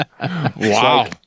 Wow